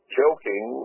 joking